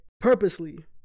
purposely